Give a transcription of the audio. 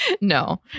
No